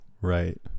Right